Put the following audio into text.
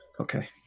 okay